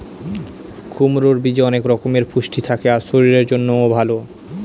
কুমড়োর বীজে অনেক রকমের পুষ্টি থাকে আর শরীরের জন্যও ভালো